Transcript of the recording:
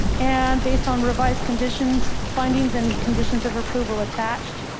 and based on revised conditions, findings and conditions of approval attached